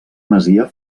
masia